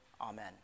Amen